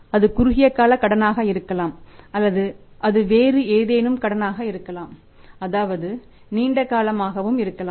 அது குறுகிய கால கடனாக இருக்கலாம் அல்லது அது வேறு ஏதேனும் கடனாக இருக்கலாம் அதாவது நீண்ட காலமாகவும் இருக்கலாம்